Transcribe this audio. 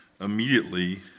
immediately